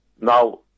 Now